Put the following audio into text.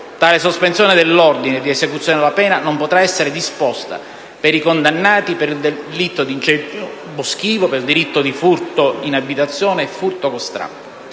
tale sospensione dell'ordine di esecuzione della pena non potrà essere disposta per i condannati per delitti di incendio boschivo, furto in abitazione e furto con strappo.